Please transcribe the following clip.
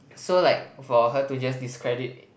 so like for her to just discredit